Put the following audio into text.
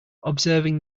observing